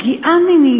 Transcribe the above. פגיעה מינית,